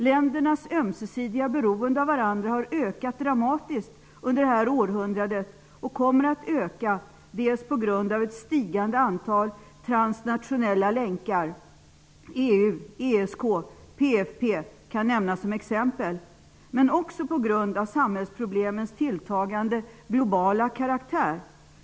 Ländernas ömsesidiga beroende av varandra har ökat dramatiskt under detta århundrade och kommer att öka, dels på grund av ett stigande antal transnationella länkar -- EU, ESK och PFP kan nämnas som exempel --, dels på grund av samhällsproblemens tilltagande globala karaktär.